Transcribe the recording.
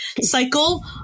cycle